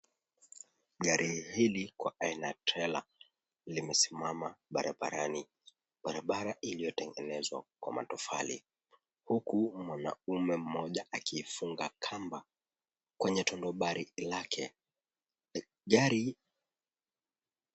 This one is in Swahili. Gari hili kwa aina ya trela limesimama barabarani. Barabara iliyotengenezwa kwa matofali huku mwanaume moja akifunga kamba kwenye tunumbari lake gari.